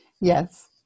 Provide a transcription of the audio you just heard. Yes